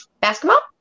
basketball